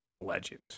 legend